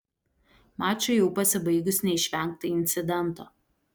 mačui jau pasibaigus neišvengta incidento